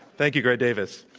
thank you, gray davis.